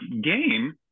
game